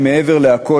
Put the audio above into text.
מעבר לכול,